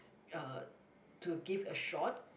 uh to give a shot